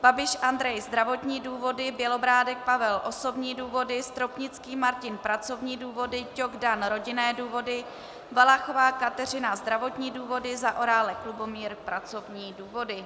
Babiš Andrej zdravotní důvody, Bělobrádek Pavel osobní důvody, Stropnický Martin pracovní důvody, Ťok Dan rodinné důvody, Valachová Kateřina zdravotní důvody, Zaorálek Lubomír pracovní důvody.